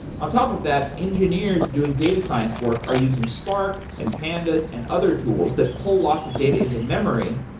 on top of that, engineers doing data science work are using sparc and pandas and other tools that pull lots of data in the memory,